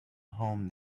home